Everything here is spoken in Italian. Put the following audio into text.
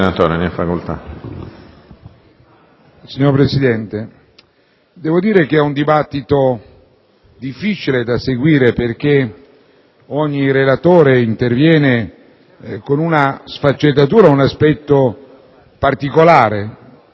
Signor Presidente, quello che stiamo svolgendo è un dibattito difficile da seguire perché ogni orattore interviene con una sfaccettatura e un aspetto particolare,